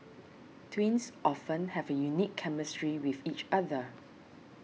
twins often have a unique chemistry with each other